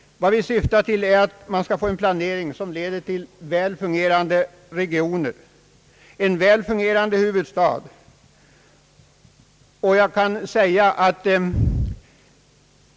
Vi syftar till en planering som leder till väl fungerande regioner och en väl fungerande huvudstad.